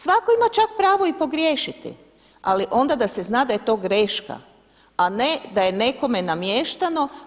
Svatko ima čak pravo i pogriješiti, ali onda da se zna da je to greška, a ne da je nekome namještano.